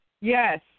Yes